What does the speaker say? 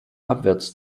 abwärts